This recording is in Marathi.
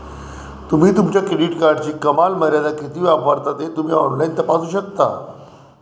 तुम्ही तुमच्या क्रेडिट कार्डची कमाल मर्यादा किती वापरता ते तुम्ही ऑनलाइन तपासू शकता